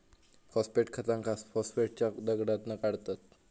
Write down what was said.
phosphate खतांका फॉस्फेटच्या दगडातना काढतत